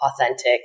authentic